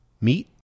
Meat